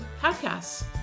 podcasts